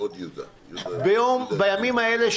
בימים האלה,